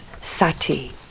sati